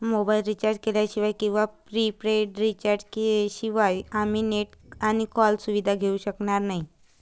mobile recharge केल्याशिवाय किंवा prepaid recharge शिवाय आम्ही नेट आणि कॉल सुविधा घेऊ शकणार नाही